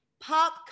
pop